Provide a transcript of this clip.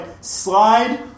slide